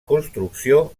construcció